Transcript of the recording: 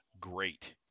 great